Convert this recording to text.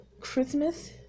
Christmas